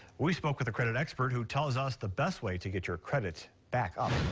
we spoke with a credit expert who tells us the best way to get your credit back up.